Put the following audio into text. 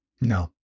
No